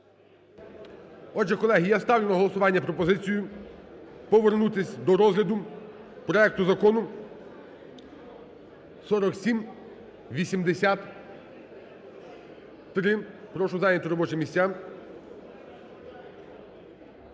Отже, колеги, я ставлю на голосування пропозицію: повернутися до розгляду проекту закону 4783. Прошу зайняти робочі місця.